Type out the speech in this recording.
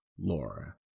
Laura